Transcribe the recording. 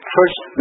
First